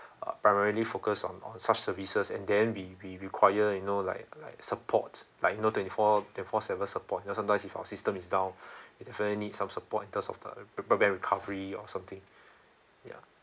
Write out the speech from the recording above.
uh but really focus on on such services and then we we require you know like like support like you know twenty four twenty four seven support you know sometimes if our system is down it definitely need some support in terms of the broadband recovery or something ya